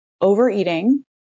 overeating